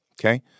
Okay